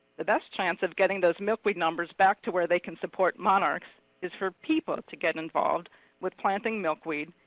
the best chance of getting those milkweed numbers back to where they can support monarchs is for people to get involved with planting milkweed,